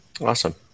Awesome